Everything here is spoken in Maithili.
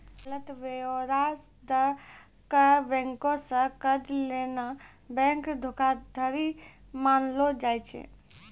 गलत ब्योरा दै के बैंको से कर्जा लेनाय बैंक धोखाधड़ी मानलो जाय छै